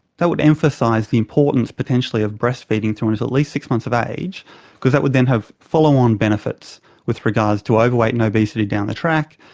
that would and ah the importance potentially of breastfeeding through until at least six months of age because that would then have follow-on benefits with regards to overweight and obesity down the track,